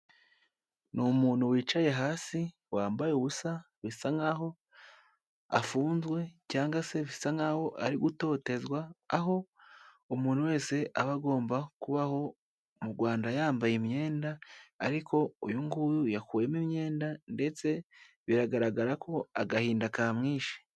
i Numuntu wicaye hasi wambaye ubusa bisa nkaho afunzwe cyangwa se bisa nkaho ari gutotezwa aho umuntu wese aba agomba kubaho mu rwanda yambaye imyenda ariko uyu nguyu yakuwemo imyenda ndetse biragaragara ko agahinda kamwishe.